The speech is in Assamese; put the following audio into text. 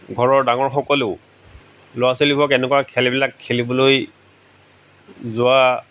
ঘৰৰ ডাঙৰ সকলো ল'ৰা ছোৱালীবোৰক এনেকুৱা খেলবিলাক খেলিবলৈ যোৱা